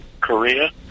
Korea